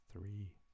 three